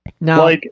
Now